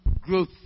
growth